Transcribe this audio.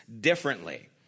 differently